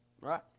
Right